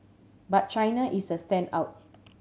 but China is the standout